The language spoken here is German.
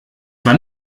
zwar